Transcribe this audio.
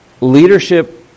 leadership